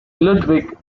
ludwig